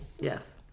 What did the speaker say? Yes